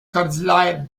cordillère